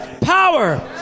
Power